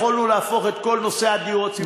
יכולנו להפוך את כל נושא הדיור הציבורי על כנו.